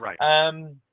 Right